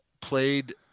played